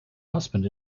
husband